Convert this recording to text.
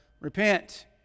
repent